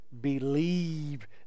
believe